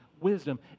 wisdom